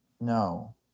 No